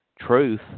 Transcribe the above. truth